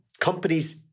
companies